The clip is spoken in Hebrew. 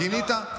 גינית?